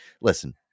listen